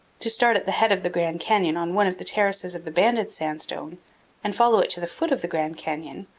to start at the head of the grand canyon on one of the terraces of the banded sandstone and follow it to the foot of the grand canyon,